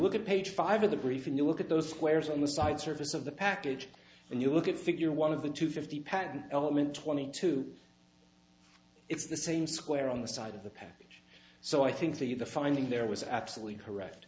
look at page five of the briefing you look at those squares on the side surface of the package and you look at figure one of the two fifty patent element twenty two it's the same square on the side of the package so i think the the finding there was absolutely correct